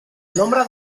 nombre